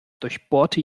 durchbohrte